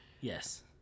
Yes